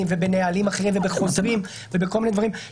ובנהלים אחרים ובחוזרים ובכל מיני דברים.